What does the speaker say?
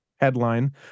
headline